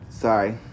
Sorry